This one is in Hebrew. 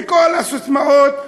וכל הססמאות,